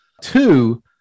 Two